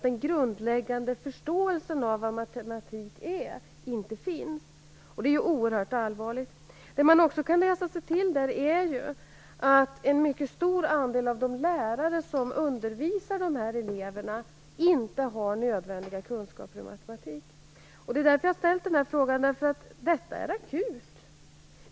Den grundläggande förståelsen av vad matematik är finns inte. Det är oerhört allvarligt. Man kan också läsa sig till att en mycket stor andel av de lärare som undervisar dessa elever inte har nödvändiga kunskaper i matematik. Jag har framställt denna interpellation därför att läget är akut.